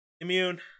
Immune